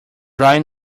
dried